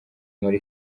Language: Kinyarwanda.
muri